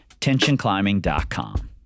Tensionclimbing.com